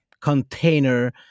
container